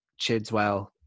Chidswell